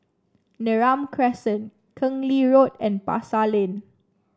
Neram Crescent Keng Lee Road and Pasar Lane